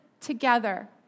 together